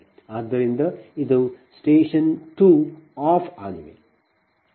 ಆದ್ದರಿಂದ ಇದು station 2 off ಆಗಿದೆ